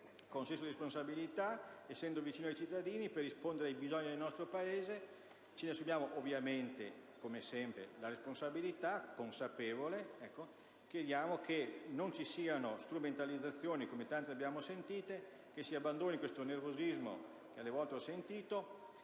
con senso di responsabilità, stando vicini ai cittadini, rispondendo ai bisogni del nostro Paese. Ce ne assumiamo, ovviamente, come sempre, la responsabilità consapevole. Chiediamo che non ci siano strumentalizzazioni, come quelle che abbiamo sentito, e che si abbandoni quel nervosismo che a volte ho avvertito,